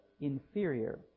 inferior